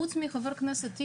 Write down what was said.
חוץ מחבר הכנסת טיבי,